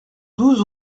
douze